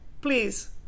please